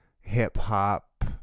hip-hop